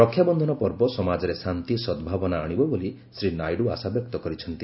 ରକ୍ଷାବନ୍ଧନ ପର୍ବ ସମାଜରେ ଶାନ୍ତି ସଦ୍ଭାବନା ଆଶିବ ବୋଲି ଶ୍ରୀ ନାଇଡୁ ଆଶାବ୍ୟକ୍ତ କରିଚ୍ଛନ୍ତି